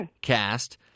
cast